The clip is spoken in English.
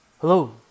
Hello